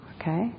okay